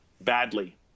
badly